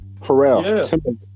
Pharrell